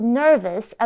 nervous